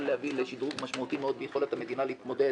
להביא לשדרוג משמעותי מאוד ביכולת המדינה להתמודד